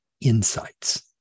insights